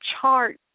chart